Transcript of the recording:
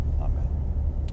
Amen